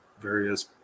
various